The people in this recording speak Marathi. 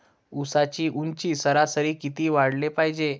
ऊसाची ऊंची सरासरी किती वाढाले पायजे?